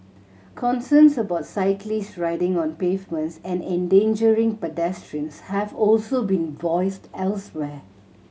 concerns about cyclists riding on pavements and endangering pedestrians have also been voiced elsewhere